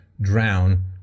drown